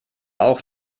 auch